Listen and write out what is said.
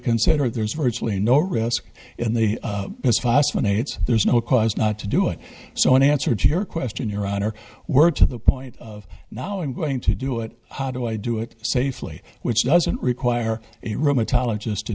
consider there's virtually no risk in the fascinates there's no cause not to do it so in answer to your question your honor we're to the point of now i'm going to do it how do i do it safely which doesn't require